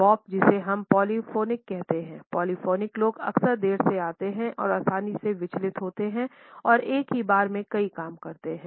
Bob जिसे हम polyphonic कहते हैं पॉलीफोनिक लोग अक्सर देर से आते हैं और आसानी से विचलित होते हैं और एक ही बार में कई काम करते हैं